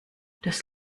dass